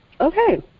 Okay